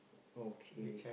okay